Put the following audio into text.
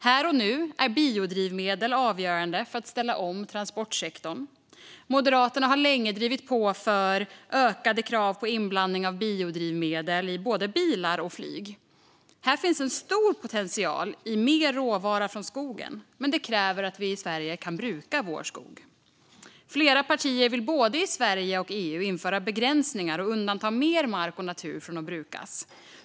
Här och nu är biodrivmedel avgörande för att ställa om transportsektorn. Moderaterna har länge drivit på för ökade krav på inblandning av biodrivmedel i både bilar och flyg. Här finns en stor potential i mer råvara från skogen, men det kräver att vi i Sverige kan bruka vår skog. Flera partier vill både i Sverige och i EU införa begränsningar och undanta mer mark och natur från att brukas.